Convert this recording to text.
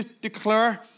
declare